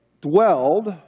dwelled